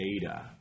data